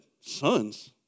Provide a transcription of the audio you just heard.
sons